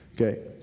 okay